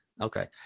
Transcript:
Okay